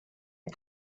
und